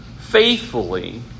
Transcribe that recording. faithfully